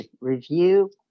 review